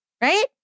right